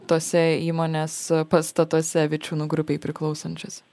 tose įmonės pastatuose vičiūnų grupei priklausančiuose